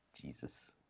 Jesus